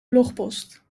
blogpost